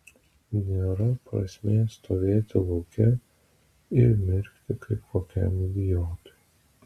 nėra prasmės stovėti lauke ir mirkti kaip kokiam idiotui